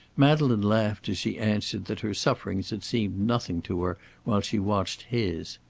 madeleine laughed as she answered that her sufferings had seemed nothing to her while she watched his.